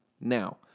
Now